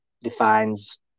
defines